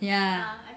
ya